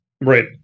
right